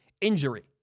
injury